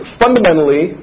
fundamentally